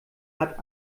hat